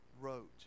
wrote